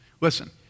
Listen